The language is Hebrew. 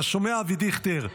אתה שומע, אבי דיכטר?